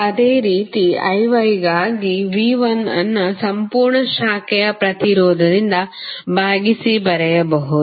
ಅದೇ ರೀತಿ Iyಗಾಗಿ V1 ಅನ್ನು ಸಂಪೂರ್ಣ ಶಾಖೆಯ ಪ್ರತಿರೋಧದಿಂದ ಭಾಗಿಸಿ ಬರೆಯಬಹುದು